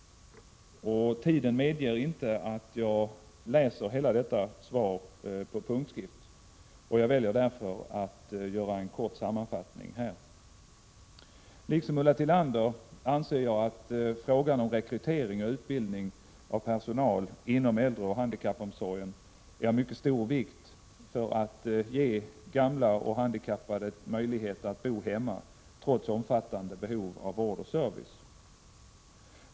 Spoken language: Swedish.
Tiden medger inte att jag läser hela detta svar på punktskrift, och jag väljer därför att göra en kort sammanfattning. Liksom Ulla Tillander anser jag att frågan om rekrytering och utbildning av personal inom äldreoch handikappomsorgen är av mycket stor vikt för att ge gamla och handikappade möjligheter att bo hemma trots omfattande behov av vård och service.